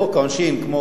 בחוק העונשין,